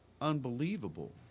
unbelievable